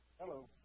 Hello